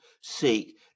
seek